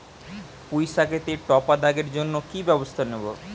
পুই শাকেতে টপা দাগের জন্য কি ব্যবস্থা নেব?